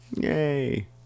Yay